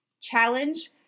Challenge